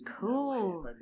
Cool